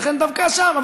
ולכן דווקא שם.